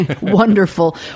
wonderful